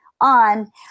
on